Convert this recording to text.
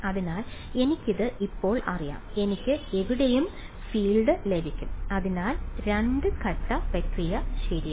അതിനാൽ എനിക്കിത് ഇപ്പോൾ അറിയാം എനിക്ക് എവിടെയും ഫീൽഡ് ലഭിക്കും അതിനാൽ രണ്ട് ഘട്ട പ്രക്രിയ ശരിയാണ്